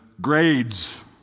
grades